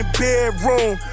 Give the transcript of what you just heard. bedroom